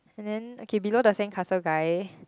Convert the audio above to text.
and then okay below the sand castle guy